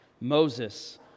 Moses